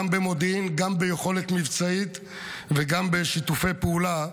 גם במודיעין, גם ביכולת מבצעית וגם בשיתופי פעולה.